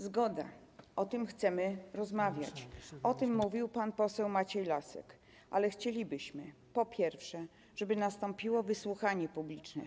Zgoda, o tym chcemy rozmawiać, o tym mówił pan poseł Maciej Lasek, ale chcielibyśmy po pierwsze, żeby nastąpiło wysłuchanie publiczne.